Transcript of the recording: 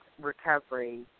recovery